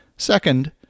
Second